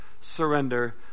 surrender